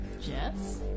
Jess